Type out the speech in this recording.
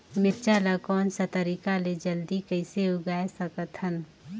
मिरचा ला कोन सा तरीका ले जल्दी कइसे उगाय सकथन?